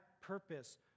purpose